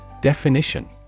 Definition